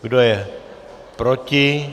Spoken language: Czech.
Kdo je proti?